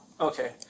Okay